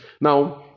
now